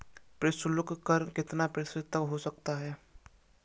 प्रशुल्क कर कितना प्रतिशत तक हो सकता है?